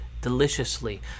deliciously